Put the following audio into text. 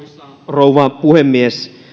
rouva puhemies